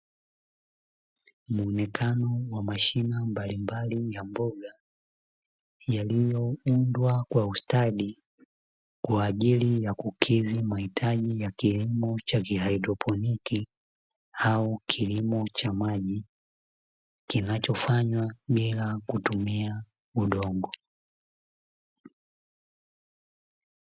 Muonekano wa mashina mbalimbali ya mboga, yaliyoundwa kwa ustadi, kwa ajili ya kukidhi mahitaji ya kilimo cha kihaidroponiki au kilimo cha maji kinachofanywa bila kutumia udongo.